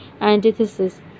antithesis